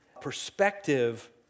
perspective